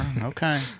Okay